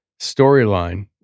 storyline